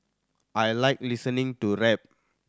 I like listening to rap